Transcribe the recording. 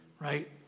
right